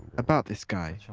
about this guy,